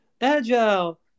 agile